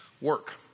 work